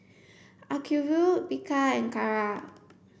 Acuvue Bika and Kara